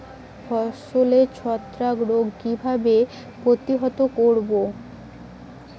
ফসলের ছত্রাক রোগ কিভাবে প্রতিহত করব?